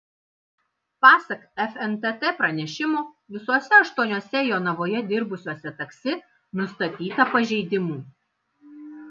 pasak fntt pranešimo visuose aštuoniuose jonavoje dirbusiuose taksi nustatyta pažeidimų